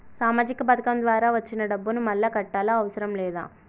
సామాజిక పథకం ద్వారా వచ్చిన డబ్బును మళ్ళా కట్టాలా అవసరం లేదా?